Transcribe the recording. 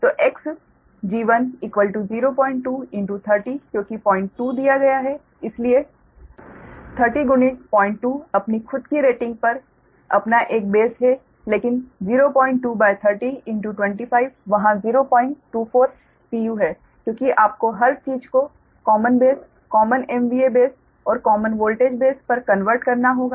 तो Xg1 02 30 क्योंकि 02 दिया गया है इसलिए 30 गुणित 02 अपनी खुद की रेटिंग पर अपना एक बेस है लेकिन 02 30 25 वहाँ 024 pu है क्योंकि आपको हर चीज को common base common MVA base और कॉमन वोल्टेज बेस पर कन्वर्ट करना होगा